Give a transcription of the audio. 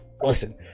Listen